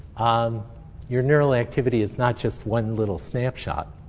um your neural activity is not just one little snapshot.